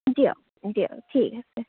দিয়ক দিয়ক ঠিক আছে